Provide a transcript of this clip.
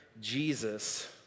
Jesus